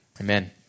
Amen